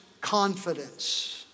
confidence